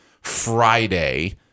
Friday